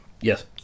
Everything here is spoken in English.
Yes